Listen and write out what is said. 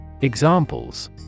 Examples